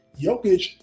Jokic